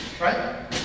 Right